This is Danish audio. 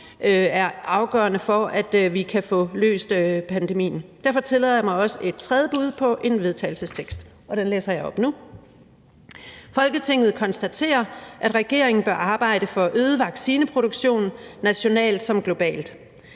er afgørende for, at vi kan få løst pandemien. Derfor tillader jeg mig også at fremsætte et tredje bud på et forslag til vedtagelse ved at fremsætte følgende: Forslag til vedtagelse »Folketinget konstaterer, at regeringen bør arbejde for øget vaccineproduktion nationalt som globalt.